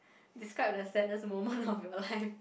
describe the saddest moment of your life